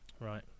Right